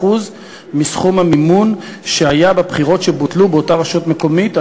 מסכום המימון שהיה בבחירות שבוטלו באותה רשות מקומית,